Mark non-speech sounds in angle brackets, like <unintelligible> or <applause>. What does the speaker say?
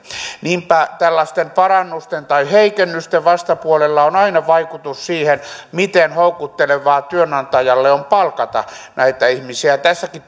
niinpä tällaisten parannusten tai heikennysten vastapuolella on aina vaikutus siihen miten houkuttelevaa työnantajalle on palkata näitä ihmisiä tässäkin <unintelligible>